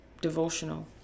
devotional